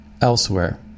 elsewhere